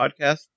podcast